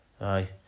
Aye